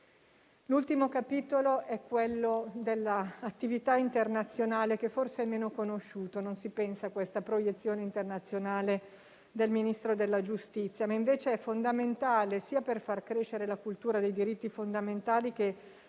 L'ultimo capitolo è quello dell'attività internazionale, forse meno conosciuto - non si pensa a questa proiezione internazionale del Ministro della giustizia - e che invece è fondamentale sia per far crescere la cultura dei diritti fondamentali che per